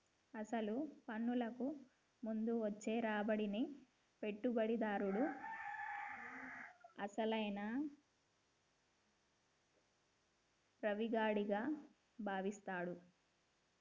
అసలు పన్నులకు ముందు వచ్చే రాబడిని పెట్టుబడిదారుడు అసలైన రావిడిగా భావిస్తాడు